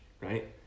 right